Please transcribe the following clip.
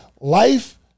life